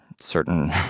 certain